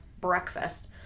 breakfast